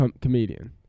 comedian